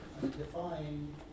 define